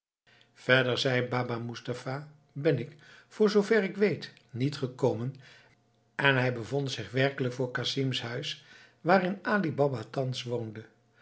verder zei baba moestapha ben ik voor zoover ik weet niet gekomen en hij bevond zich werkelijk voor casim's huis waarin ali baba thans woonde